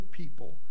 people